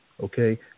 okay